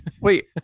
Wait